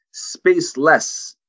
spaceless